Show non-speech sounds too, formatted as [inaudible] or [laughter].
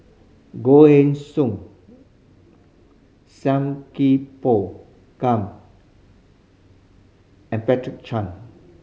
Goh Heng Soon Sam Kee Pao Kun and [unintelligible] Chan